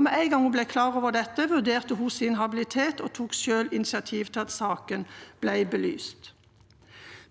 Med en gang hun ble klar over dette, vurderte hun sin habilitet og tok selv initiativ til at saken ble belyst.